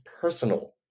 personal